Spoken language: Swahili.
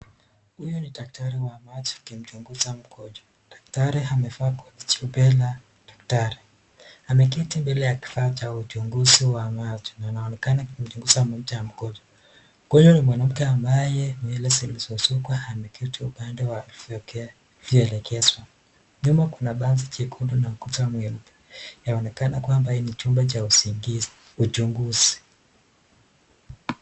Huyu ni daktari wa macho akimchunguza mgonjwa. Daktari amevaa koti jeupe la daktari. Ameketi mbele ya kifaa cha uchunguzi wa macho. Na inaonekana akimchunguza macho ya mgonjwa. Huyu ni mwanamke ambaye nywele zilizosukwa ameketi upande wa vielekezo. Nyumba kuna paazi jekundu na ukuta mweupe. Yaonekana kwamba hii ni chumba cha uchunguzi.